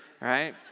right